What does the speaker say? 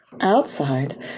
Outside